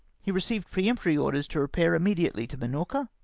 he received peremptory orders to repair immediately to llinorca